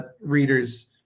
readers